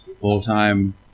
full-time